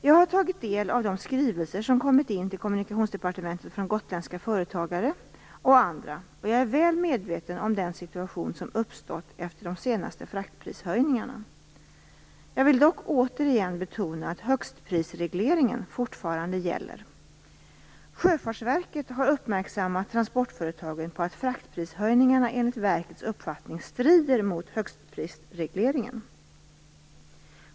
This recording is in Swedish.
Jag har tagit del av de skrivelser som kommit in till Kommunikationsdepartementet från gotländska företagare och andra, och jag är väl medveten om den situation som uppstått efter de senaste fraktprishöjningarna. Jag vill dock återigen betona att högstprisregleringen fortfarande gäller. Sjöfartsverket har uppmärksammat transportföretagen på att fraktprishöjningarna enligt verkets uppfattning strider mot högstprisregleringen.